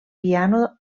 piano